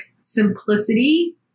simplicity